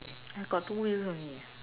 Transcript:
I got two wheel only